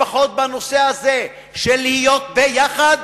לפחות בנושא הזה של להיות ביחד